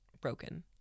broken